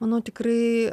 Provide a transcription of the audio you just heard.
manau tikrai